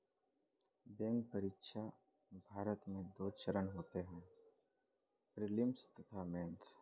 bank परीक्षा, भारत में दो चरण होते हैं प्रीलिम्स तथा मेंस